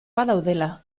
badaudela